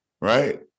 Right